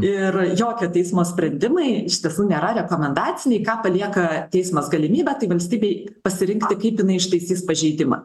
ir jokio teismo sprendimai iš tiesų nėra rekomendaciniai ką palieka teismas galimybę tai valstybei pasirinkti kaip jinai ištaisys pažeidimą